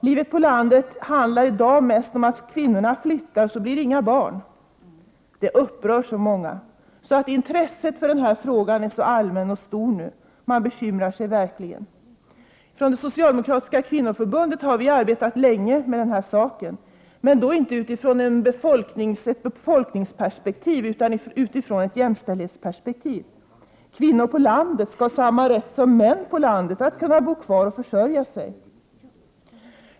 Livet på landet handlar i dag mest om att i fall kvinnorna flyttar, blir det inga barn. Det upprör så många att intresset för den här frågan nu är allmänt och stort; man bekymrar sig verkligen. I det socialdemokratiska kvinnoförbundet har vi länge arbetat med den här saken, men då inte utifrån ett befolkningsperspektiv utan från ett jämställdhetsperspektiv. Kvinnor på landet skall ha samma rätt som män på landet att kunna bo kvar där och försörja sig.